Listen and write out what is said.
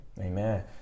Amen